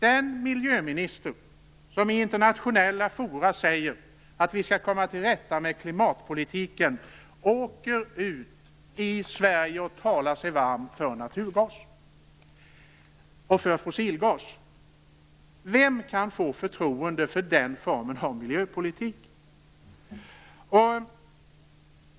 Den miljöminister som i internationella forum säger att vi skall komma till rätta med klimatpolitiken åker alltså ut i Sverige och talar sig varm för naturgas och fossilgas. Vem kan få förtroende för den formen av miljöpolitik?